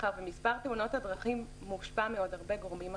מאחר שמספר תאונות הדרכים מושפע מעוד הרבה גורמים אחרים.